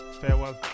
farewell